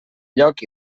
lloc